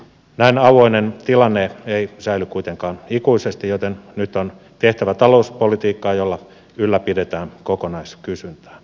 näin auvoinen tilanne ei säily kuitenkaan ikuisesti joten nyt on tehtävä talouspolitiikkaa jolla ylläpidetään kokonaiskysyntää